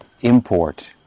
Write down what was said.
import